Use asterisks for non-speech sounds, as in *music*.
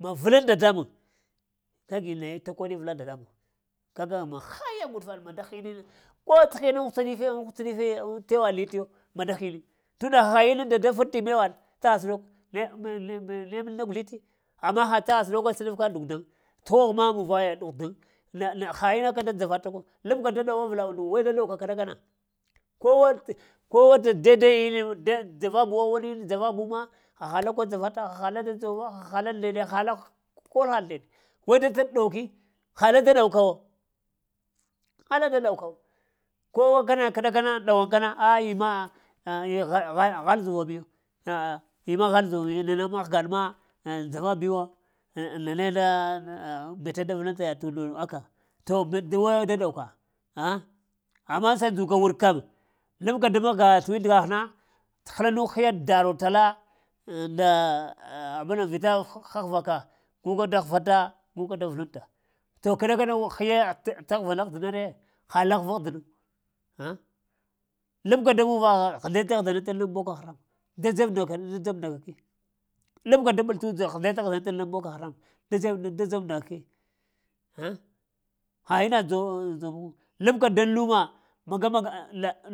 Ma vuluŋ dadamuŋ, ka gi naye ta koɗi avəla dadamuŋ kaga ma haiya ŋgudufaɗ ma da hini ko t'hinəŋ ghwuts-difi ŋ ghwuts udifi tewa lit yo ma da hini tunda ha mu nda da feŋti me waɗ taha səɗok ne-ne ne ma kuzliti, amma ha tagha səɗo ko sləɗaf ka duguzləm, t'ghoho ma muŋ vaya duguzləm na-na na ina da dzavata ka wo, lapka da ɗow avla undu we da dow ka kəɗa kana, kowa t’ kowa dai dai ma *unintelligible* dzava buwo dzava bu ma haha la kol dzava ta haha lakol da dzovo hala ndeɗe, haha la kol nde ɗe, ko ne da dow ki, hala da ɗow ka wo, hala da dow ka wo kowa kana k’ ɗa kana ɗa wanka na ah imma ha-ha-hal zuva miyo ah ima hal zuva miya inna na mahgaɗ ma ŋ dzava bi wo nana ne daa ah ah mbete da vulunta yaɗ t’ undu aka, to mbeta da ɗow ka ana amma, sa ndzuka wurk kam, lapka da mahga slwit'ghah na, t'həlanu t'hiya daro tala ndaa ah abunan vita haghva ka guka da ghva ta guka da vulunta, to k’ ɗaka na hiye ta taghvalah dəna re ha la ghva ahdunu ahh labka da muvaha, ghəzle ta-ghəzla ɗa ta laŋ boko-haram, da dzeb nda ga da dzeb nda ga ki labka da pəl-t-udza ghəzle ta-ghəzla da ta laŋ boko-haram, da dze da dzeb nda ga ki *hesitation* inna dzow, dzow. Labka daŋ luma